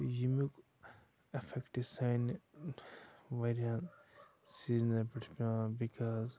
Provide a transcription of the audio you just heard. تہٕ ییٚمیُک اٮ۪فکٹ سانہِ واریاہن سیٖزنَن پٮ۪ٹھ چھُ پٮ۪وان بِکاز